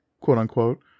Quote-unquote